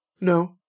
No